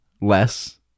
less